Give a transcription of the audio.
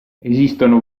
esistono